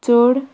चड